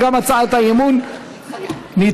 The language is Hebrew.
גם הצעת האי-אמון נדחתה.